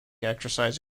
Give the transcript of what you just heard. exercise